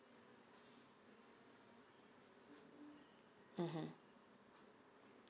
mmhmm